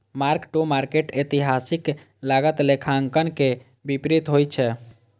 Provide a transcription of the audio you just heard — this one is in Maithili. मार्क टू मार्केट एतिहासिक लागत लेखांकन के विपरीत होइ छै